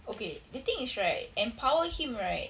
okay the thing is right empower him right